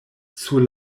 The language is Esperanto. sur